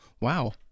Wow